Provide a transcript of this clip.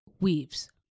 weaves